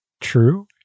true